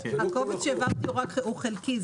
הקובץ שהעברתי הוא חלקי,